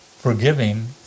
Forgiving